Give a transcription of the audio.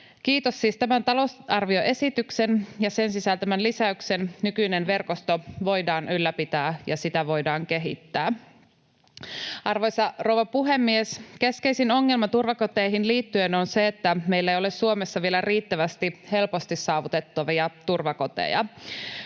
Kiitos siis tämän talousarvioesityksen ja sen sisältämän lisäyksen nykyinen verkosto voidaan ylläpitää ja sitä voidaan kehittää. Arvoisa rouva puhemies! Keskeisin ongelma turvakoteihin liittyen on se, että meillä ei ole Suomessa vielä riittävästi helposti saavutettavia turvakoteja.